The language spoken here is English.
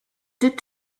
did